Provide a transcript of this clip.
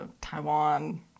Taiwan